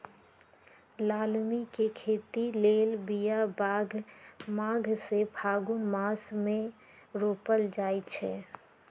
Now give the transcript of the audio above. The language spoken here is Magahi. लालमि के खेती लेल बिया माघ से फ़ागुन मास मे रोपल जाइ छै